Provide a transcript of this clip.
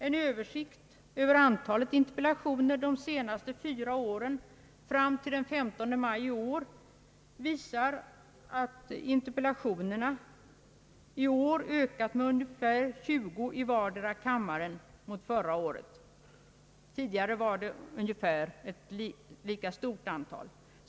En översikt över antalet interpellationer de senaste fyra åren fram till den 15 maj visar att interpellationerna i år ökat med ungefär 20 i vardera kammaren i jämförelse med förra året — de tidigare åren var antalet ungefär lika stort...